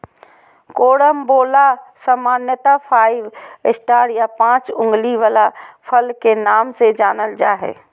carambola सामान्यत five star या पाँच उंगली वला फल के नाम से जानल जा हय